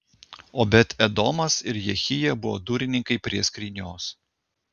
obed edomas ir jehija buvo durininkai prie skrynios